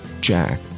Jack